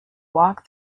walk